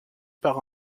par